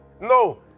No